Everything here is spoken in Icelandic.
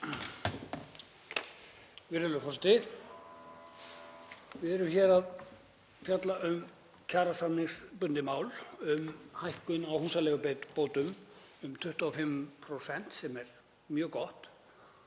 Við erum hér að fjalla um kjarasamningsbundið mál, um hækkun á húsaleigubótum um 25% sem er mjög gott.